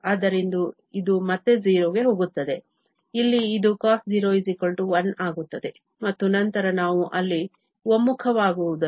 ಆದ್ದರಿಂದ ಇದು ಮತ್ತೆ 0 ಗೆ ಹೋಗುತ್ತದೆ ಇಲ್ಲಿ ಇದು cos0 1 ಆಗುತ್ತದೆ ಮತ್ತು ನಂತರ ನಾವು ಅಲ್ಲಿ ಒಮ್ಮುಖವಾಗುವುದನ್ನು ನೋಡಬೇಕು